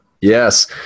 Yes